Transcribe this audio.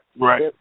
Right